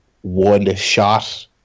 one-shot